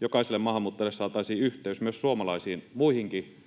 jokaiselle maahanmuuttajalle saataisiin yhteys myös suomalaisiin, muihinkin